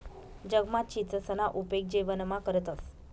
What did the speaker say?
जगमा चीचसना उपेग जेवणमा करतंस